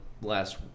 last